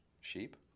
Sheep